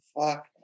fuck